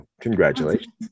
Congratulations